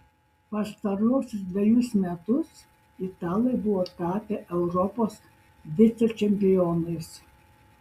pastaruosius dvejus metus italai buvo tapę europos vicečempionais